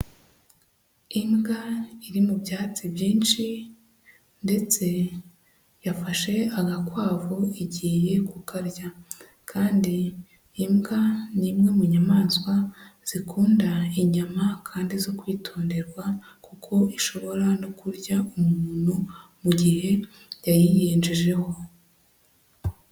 Imbwa iri mu byatsi byinshi ndetse yafashe agakwavu, igiye kukarya kandi imbwa ni imwe mu nyamaswa zikunda inyama kandi zo kwitonderwa kuko ishobora no kurya umuntu mu gihe yayiyenjejeho.